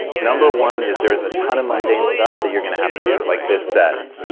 number one is there's a ton of mundane stuff that you're gonna have to do, like this set.